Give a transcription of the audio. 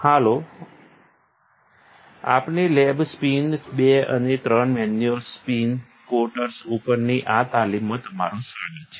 hello આપણી lab spin 2 અને 3 manual spin coaters ઉપરની આ તાલીમમાં તમારું સ્વાગત છે